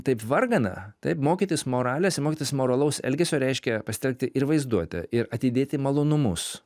taip vargana taip mokytis moralės ir mokytis moralaus elgesio reiškia pasitelkti ir vaizduotę ir atidėti malonumus